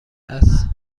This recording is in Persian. است